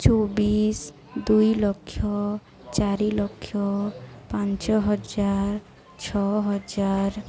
ଚବିଶି ଦୁଇ ଲକ୍ଷ ଚାରି ଲକ୍ଷ ପାଞ୍ଚ ହଜାର ଛଅ ହଜାର